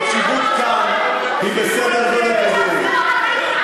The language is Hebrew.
הוא משפט מביש.